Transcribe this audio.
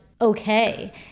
okay